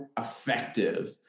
effective